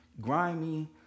grimy